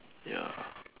ya